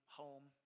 home